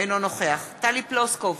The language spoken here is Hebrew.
אינו נוכח טלי פלוסקוב,